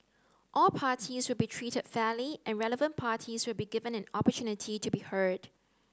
all parties will be treated fairly and relevant parties will be given an opportunity to be heard